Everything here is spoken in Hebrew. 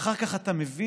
ואחר כך אתה מבין